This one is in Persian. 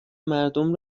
مردم